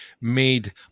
made